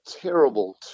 terrible